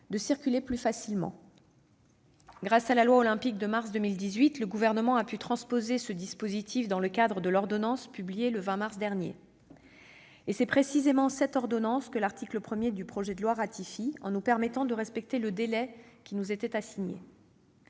de circuler plus facilement. Grâce à la loi Olympique de mars 2018, le Gouvernement a pu insérer ce dispositif dans le cadre de l'ordonnance publiée le 20 mars dernier. C'est précisément cette ordonnance que l'article 1 du projet de loi ratifie, en nous permettant de respecter le délai qui nous était assigné.